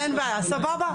אין בעיה, סבבה.